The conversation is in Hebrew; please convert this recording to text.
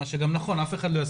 מה שגם נכון כי אף אחד לא יספיק.